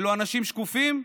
אלו אנשים שקופים?